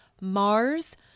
Mars